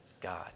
God